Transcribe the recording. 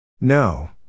No